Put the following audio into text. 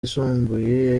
yisumbuye